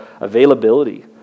availability